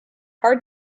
hard